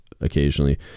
occasionally